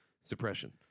suppression